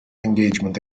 engagement